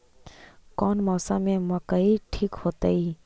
कौन मौसम में मकई ठिक होतइ?